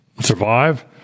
survive